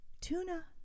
tuna